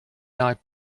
not